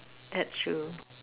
that's true